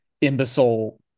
imbecile